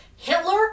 Hitler